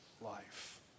life